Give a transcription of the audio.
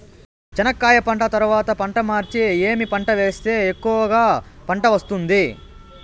చెనక్కాయ పంట తర్వాత పంట మార్చి ఏమి పంట వేస్తే ఎక్కువగా పంట వస్తుంది?